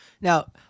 Now